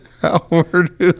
Howard